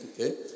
okay